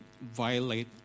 violate